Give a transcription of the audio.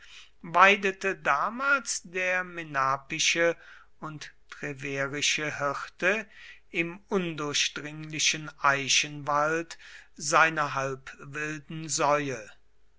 weidete damals der menapische und treverische hirte im undurchdringlichen eichenwald seine halbwilden